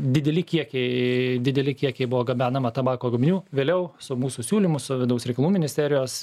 dideli kiekiai dideli kiekiai buvo gabenama tabako gaminių vėliau su mūsų siūlymu su vidaus reikalų ministerijos